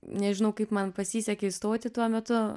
nežinau kaip man pasisekė įstoti tuo metu